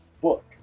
book